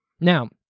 Now